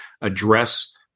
address